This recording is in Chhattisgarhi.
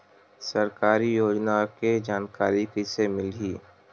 सरकारी योजना के जानकारी कइसे मिलही?